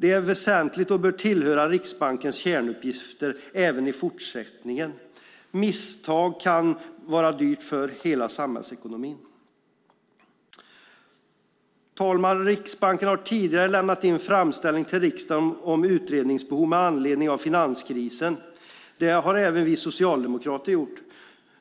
Det är väsentligt och bör tillhöra Riksbankens kärnuppgifter även i fortsättningen. Misstag kan bli dyrt för hela samhällsekonomin. Fru talman! Riksbanken har tidigare lämnat in en framställning till riksdagen om utredningsbehov med anledning av finanskrisen. Detta har även vi socialdemokrater gjort.